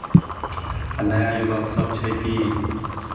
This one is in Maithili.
आ नया युवकसभ छै कि